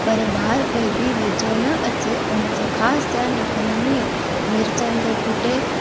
पर ॿार कोई बि वेझो न अचे उनजो ख़ासि ध्यानु रखंदियूं हुइयूं मिर्चनि खे कुटे